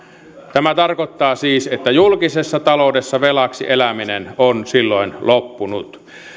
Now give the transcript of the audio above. tämä tarkoittaa siis että julkisessa taloudessa velaksi eläminen on silloin loppunut